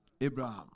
abraham